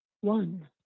one